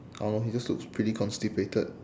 I don't know he just looks pretty constipated